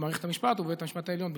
במערכת המשפט, ובבית המשפט העליון בפרט?